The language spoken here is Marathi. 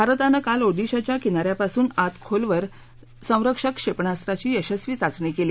भारतानं काल ओडिशाच्या किना यापासून आत खोलवर संरक्षक क्षेपणास्त्राची यशस्वी चाचणी केली